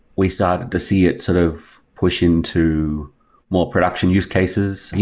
we started to see it sort of push into more production use cases.